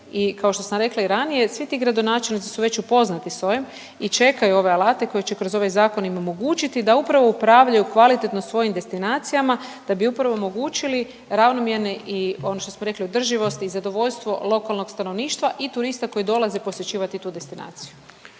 kao što sam rekla i ranije, svi ti gradonačelnici su već upoznati s ovim i čekaju ove alate koji će kroz ovaj zakon im omogućiti da upravo upravljaju kvalitetno svojim destinacijama da bi upravo omogućili ravnomjerne i ono što smo rekli održivosti i zadovoljstvo lokalnog stanovništva i turista koji dolaze posjećivati tu destinaciju,